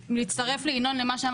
אשמח להצטרף לדברים של ינון על הממ"מ.